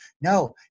No